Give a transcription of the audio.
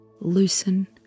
Loosen